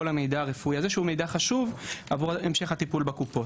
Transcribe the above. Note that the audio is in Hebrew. כל המידע הרפואי הזה שהוא מידע חשוב עבור המשך הטיפול בקופות.